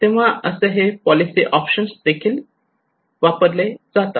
तेव्हा असे हे पॉलिसी ऑप्शन्स देखील वापरले जातात